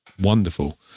wonderful